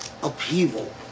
Upheaval